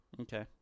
Okay